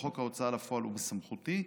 וחוק ההוצאה לפועל הוא בסמכותי.